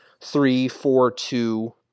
three-four-two